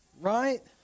Right